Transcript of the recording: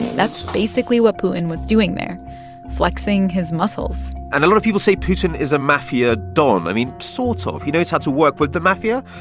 that's basically what putin was doing there flexing his muscles and a lot of people say putin is a mafia don i mean, sort so of. he knows how to work with the mafia.